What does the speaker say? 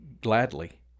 gladly